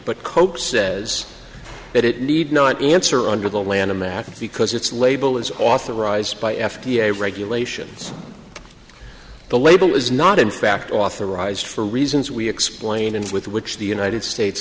but cope says that it need not answer under the lanham act because its label is authorized by f d a regulations the label is not in fact authorized for reasons we explain and with which the united states